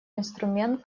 инструмент